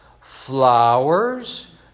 flowers